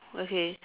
okay